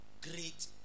great